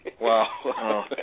Wow